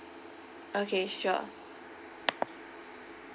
okay sure